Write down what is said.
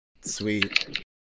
Sweet